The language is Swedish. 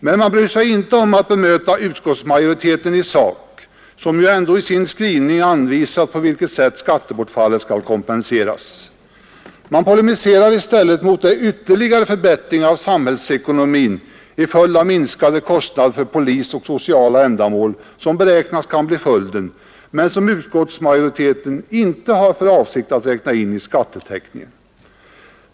Men de bryr sig inte om att i sak bemöta utskottsmajoriteten, som ju ändå i sin skrivning anvisat på vilket sätt skattebortfallet skall kompenseras. Man polemiserar i stället mot den ytterligare förbättring av samhällsekonomin i följd av minskade kostnader för polis och sociala ändamål som beräknas kunna bli följden men som utskottsmajoriteten inte har för avsikt att räkna in i skattetäckningen.